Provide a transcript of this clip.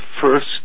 first